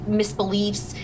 misbeliefs